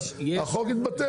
החוק יתבטל,